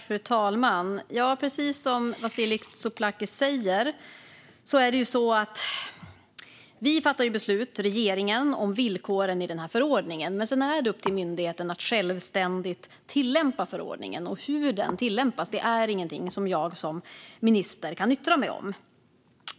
Fru talman! Precis som Vasiliki Tsouplaki säger fattar regeringen beslut om villkoren i denna förordning, men sedan är det upp till myndigheten att självständigt tillämpa förordningen. Hur den tillämpas är inget som jag som minister kan yttra mig om.